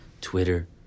Twitter